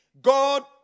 god